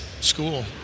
School